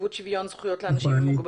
נציבות שוויון זכויות לאנשים עם מוגבלות.